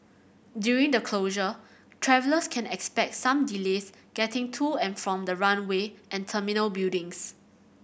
during the closure travellers can expect some delays getting to and from the runway and terminal buildings